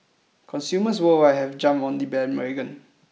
consumers worldwide have jumped on the bandwagon